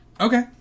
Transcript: Okay